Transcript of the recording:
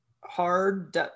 hard